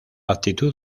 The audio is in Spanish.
actitud